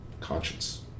conscience